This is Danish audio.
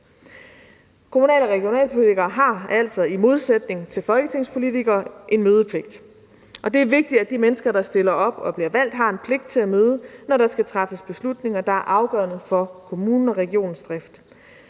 Kommunal- og regionalpolitikere har altså i modsætning til folketingspolitikere en mødepligt, og det er vigtigt, at de mennesker, der stiller op og bliver valgt, har en pligt til at møde, når der skal træffes beslutninger, der er afgørende for kommunens og regionens drift.